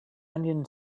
onion